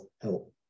help